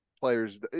players